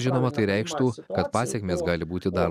žinoma tai reikštų kad pasekmės gali būti dar